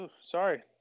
sorry